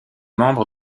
membre